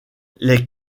les